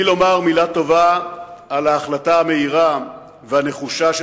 בלי לומר מלה טובה על ההחלטה המהירה והנחושה של